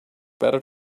better